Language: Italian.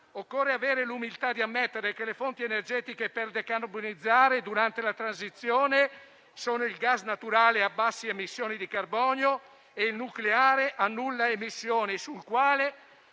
occorre avere l'umiltà di ammettere che le fonti energetiche per decarbonizzare durante la transizione sono il gas naturale a basse emissioni di carbonio e il nucleare a nulle emissioni, sul quale